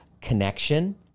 connection